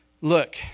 Look